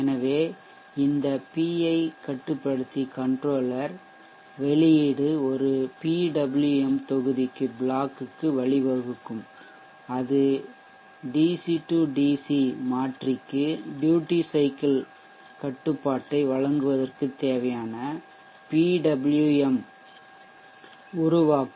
எனவே இந்த PI கட்டுப்படுத்திகன்ட்ரோலர் வெளியீடு ஒரு PWM தொகுதிக்கு வழிவகுக்கும் இது DC DC மாற்றிக்கு ட்யூட்டி சைக்கிள் கட்டுப்பாட்டை வழங்குவதற்கு தேவையான PWM ஐ உருவாக்கும்